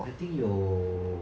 I think 有